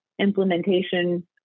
implementation